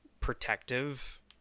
protective